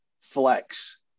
flex